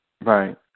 Right